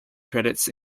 credits